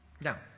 Now